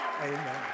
Amen